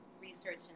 research